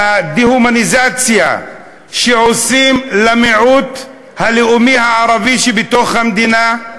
והדה-הומניזציה שעושים למיעוט הלאומי הערבי שבתוך המדינה,